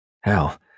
Hell